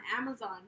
Amazon